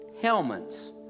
helmets